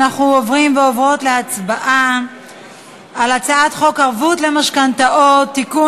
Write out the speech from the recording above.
אנחנו עוברים ועוברות להצבעה על הצעת חוק ערבות למשכנתאות (תיקון,